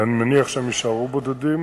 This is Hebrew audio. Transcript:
ואני מניח שיישארו בודדים,